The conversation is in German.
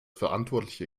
verantwortliche